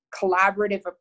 collaborative